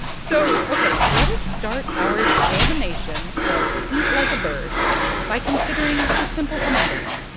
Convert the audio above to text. so ok. let us start our examination of eat like a bird by considering the simple hummingbird.